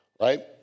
right